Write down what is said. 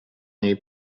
niej